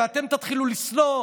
ואתם תתחילו לשנוא,